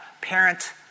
parent